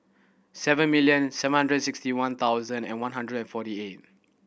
seven million seven hundred sixty one thousand and one hundred forty eight